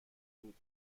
بود